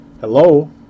hello